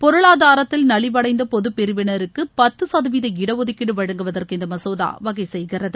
பொருளாதாரத்தில் நலிவடைந்த பொதுப் பிரிவினருக்கு பத்து சதவீத இடஒதுக்கீடு வழங்குவதற்கு இந்த மசோதா வகை செய்கிறது